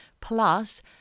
plus